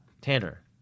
Tanner